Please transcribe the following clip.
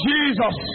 Jesus